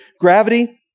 Gravity